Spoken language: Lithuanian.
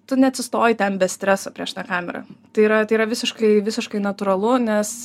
tu neatsistoji ten be streso prieš tą kamerą tai yra tai yra visiškai visiškai natūralu nes